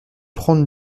prendre